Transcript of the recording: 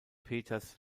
peters